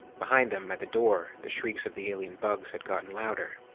behind them, at the door, the shrieks of the alien bugs had gotten louder.